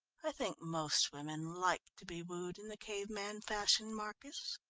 i think most women like to be wooed in the cave-man fashion, marcus.